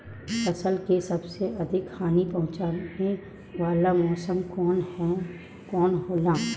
फसल के सबसे अधिक हानि पहुंचाने वाला मौसम कौन हो ला?